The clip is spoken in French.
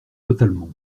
totalement